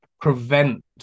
prevent